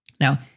Now